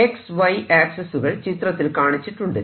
X Y ആക്സിസ്സുകൾ ചിത്രത്തിൽ കാണിച്ചിട്ടുണ്ട്